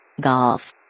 Golf